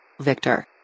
Victor